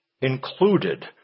included